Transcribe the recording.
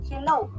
Hello